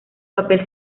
papel